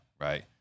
right